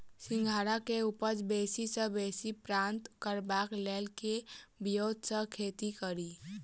सिंघाड़ा केँ उपज बेसी सऽ बेसी प्राप्त करबाक लेल केँ ब्योंत सऽ खेती कड़ी?